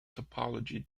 topology